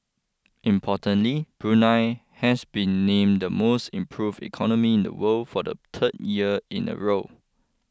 importantly Brunei has been named the most improve economy in the world for the third year in a row